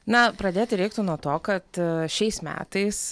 na pradėti reiktų nuo to kad šiais metais